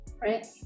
Right